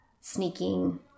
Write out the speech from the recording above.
sneaking